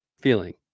feeling